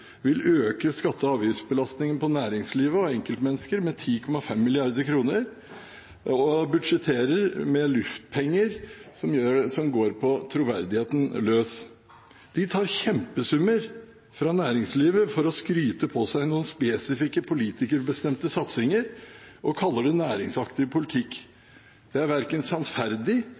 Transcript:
vil øke skatte- og avgiftsbelastningen på næringslivet og enkeltmennesker med 10,5 mrd. kr og budsjetterer med luftpenger som går på troverdigheten løs. De tar kjempesummer fra næringslivet for å skryte på seg noen spesifikke politikerbestemte satsinger og kaller det næringsaktiv